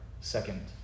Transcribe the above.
second